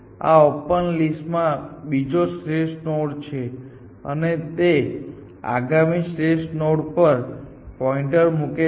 આ ઓપન લિસ્ટમાં બીજો શ્રેષ્ઠ નોડ છે અને તે આગામી શ્રેષ્ઠ નોડ પર પોઇન્ટર મૂકે છે